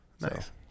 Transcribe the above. Nice